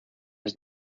his